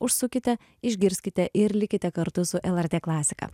užsukite išgirskite ir likite kartu su lrt klasika